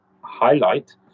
highlight